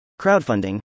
crowdfunding